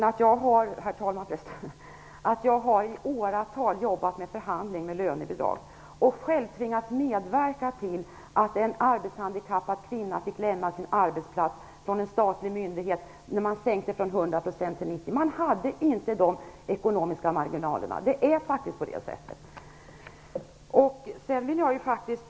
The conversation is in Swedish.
Herr talman! Jag har i åratal jobbat med förhandlingar och lönebidrag. Själv har jag tvingats medverka till att en arbetshandikappad kvinna fick lämna sin arbetsplats på en statlig myndighet när det blev en sänkning från 100 % till 90 %. Det fanns inte ekonomiska marginaler att klara det. Så är det faktiskt.